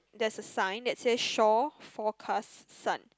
there's a sign that says shore forecast sun